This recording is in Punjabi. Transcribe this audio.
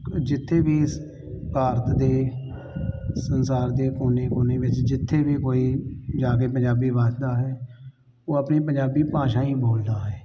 ਜਿੱਥੇ ਵੀ ਸ ਭਾਰਤ ਦੇ ਸੰਸਾਰ ਦੇ ਕੋਨੇ ਕੋਨੇ ਵਿੱਚ ਜਿੱਥੇ ਵੀ ਕੋਈ ਜਾ ਕੇ ਪੰਜਾਬੀ ਵੱਸਦਾ ਹੈ ਉਹ ਆਪਣੀ ਪੰਜਾਬੀ ਭਾਸ਼ਾ ਹੀ ਬੋਲਦਾ ਹੈ